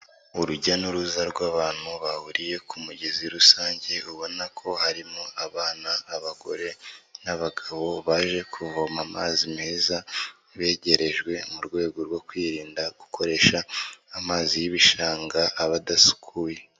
Urujya n'uruza rw'abantu bahuriye ku mugezi rusange, ubona ko harimo abana, abagore n'abagabo baje kuvoma amazi meza, begerejwe mu rwego rwo kwirinda gukoresha amazi y'ibishanga aba adasukuye.